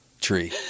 tree